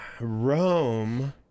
rome